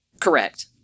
Correct